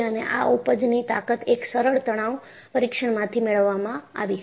અને આ ઊપજની તાકત એક સરળ તણાવ પરિક્ષણમાંથી મેળવવામાં આવી હતી